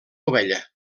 ovella